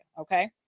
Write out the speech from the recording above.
okay